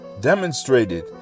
demonstrated